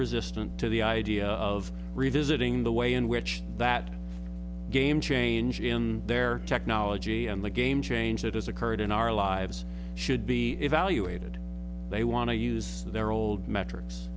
resistant to the idea of revisiting the way in which that game change in their technology and the game change that has occurred in our lives should be evaluated they want to use their old